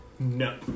No